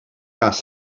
cas